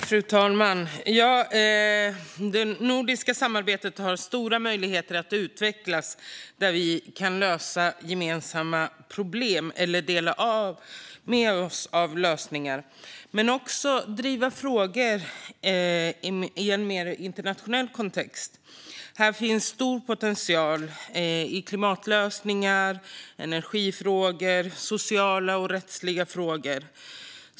Fru talman! Det nordiska samarbetet har stora möjligheter att utvecklas så att vi kan lösa gemensamma problem och dela med oss av lösningar. Vi kan dock även driva frågor i en mer internationell kontext. Här finns stor potential när det gäller klimatlösningar, energifrågor och sociala och rättsliga frågor.